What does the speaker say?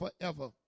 forever